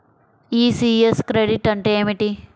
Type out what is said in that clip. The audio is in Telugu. ఈ.సి.యస్ క్రెడిట్ అంటే ఏమిటి?